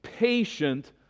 patient